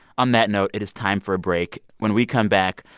on that note, it is time for a break. when we come back,